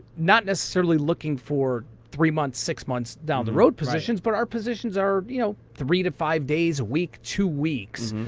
not necessarily looking for three months, six months, down the road positions, but our positions are you know three to five days a week, two weeks,